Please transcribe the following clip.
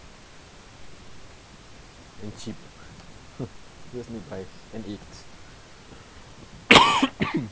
and cheap just need rice and eggs